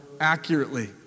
accurately